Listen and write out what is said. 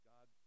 God